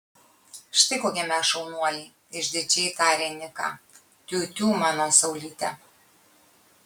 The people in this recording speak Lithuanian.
štai kokie mes šaunuoliai išdidžiai tarė niką tiutiū mano saulyte